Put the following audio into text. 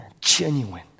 genuine